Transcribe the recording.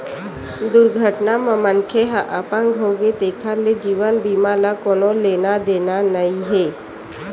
दुरघटना म मनखे ह अपंग होगे तेखर ले जीवन बीमा ल कोनो लेना देना नइ हे